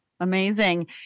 Amazing